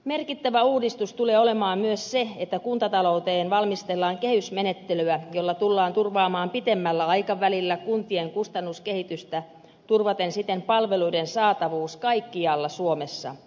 merkittävä uudistus tulee olemaan myös se että kuntatalouteen valmistellaan kehysmenettelyä jolla tullaan turvaamaan pitemmällä aikavälillä kuntien kustannuskehitystä turvaten siten palveluiden saatavuus kaikkialla suomessa